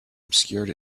obscured